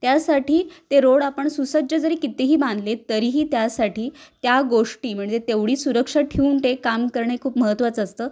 त्यासाठी ते रोड आपण सुसज्ज जरी कितीही बांधलेत तरीही त्यासाठी त्या गोष्टी म्हणजे तेवढी सुरक्षा ठेवून ते काम करणं हे खूप महत्त्वाचं असतं